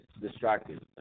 distracted